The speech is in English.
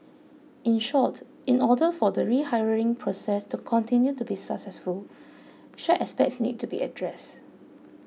in short in order for the rehiring process to continue to be successful such aspects need to be addressed